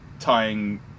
tying